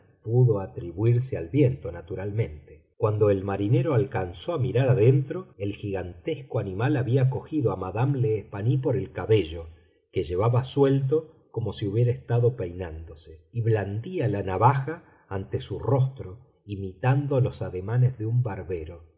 pudo atribuirse al viento naturalmente cuando el marinero alcanzó a mirar adentro el gigantesco animal había cogido a madame l'espanaye por el cabello que llevaba suelto como si hubiera estado peinándose y blandía la navaja ante su rostro imitando los ademanes de un barbero